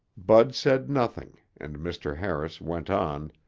bud said nothing and mr. harris went on,